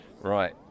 Right